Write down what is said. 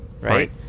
Right